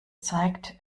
zeigt